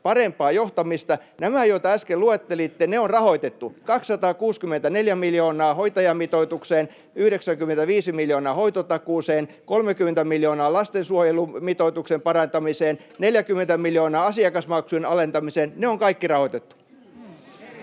Parempaa johtamista. Nämä, joita äsken luettelitte, on rahoitettu: 264 miljoonaa hoitajamitoitukseen, 95 miljoonaa hoitotakuuseen, 30 miljoonaa lastensuojelumitoituksen parantamiseen, 40 miljoonaa asiakasmaksujen alentamiseen. Ne on kaikki rahoitettu.